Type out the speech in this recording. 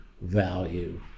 value